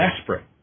desperate